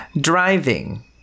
driving